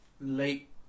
late